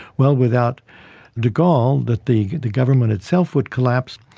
well, without de gaulle, that the the government itself would collapse.